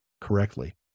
correctly